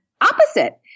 Opposite